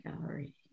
gallery